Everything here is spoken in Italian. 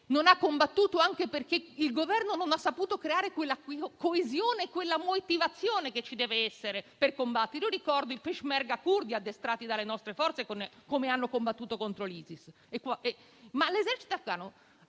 non ha combattuto, sicuramente anche perché il Governo non ha saputo creare quella coesione e quella motivazione che ci devono essere per combattere. Ricordo i peshmerga curdi, addestrati dalle nostre Forze, come hanno combattuto contro l'ISIS. Il popolo afghano